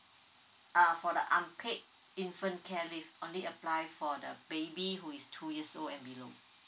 uh for the unpaid infant care leave only apply for the baby who is two years old and below